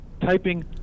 typing